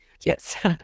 Yes